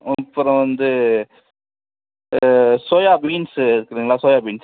அப்புறம் வந்து soya beans இருக்குதுங்களா சோயா பீன்ஸ்